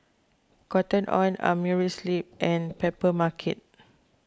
Cotton on Amerisleep and Papermarket